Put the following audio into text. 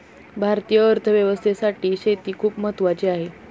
भारतीय अर्थव्यवस्थेसाठी शेती खूप महत्त्वाची आहे